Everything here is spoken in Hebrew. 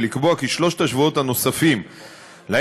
ולקבוע כי שלושת השבועות הנוספים שזכאית